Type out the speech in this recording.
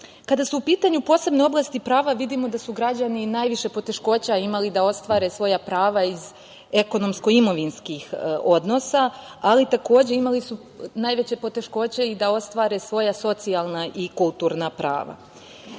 su u pitanju posebne oblasti prava vidimo da su građani najviše poteškoća imali da ostvare svoja prava iz ekonomsko-imovinskih odnosa, ali takođe imali su najveće poteškoće i da ostvare svoja socijalna i kulturna prava. Kroz